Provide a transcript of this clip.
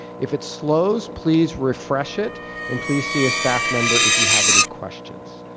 if it slows, please refresh it and please see a staff member if you have any questions.